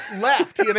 left